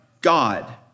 God